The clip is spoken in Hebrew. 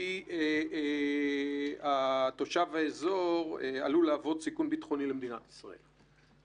כי תושב האזור עלול להוות סיכון ביטחוני למדינת ישראל.